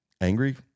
angry